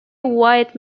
white